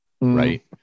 right